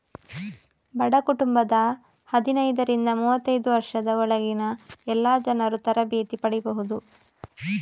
ಬಡ ಕುಟುಂಬದ ಹದಿನೈದರಿಂದ ಮೂವತ್ತೈದು ವರ್ಷದ ಒಳಗಿನ ಎಲ್ಲಾ ಜನರೂ ತರಬೇತಿ ಪಡೀಬಹುದು